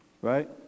right